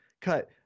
cut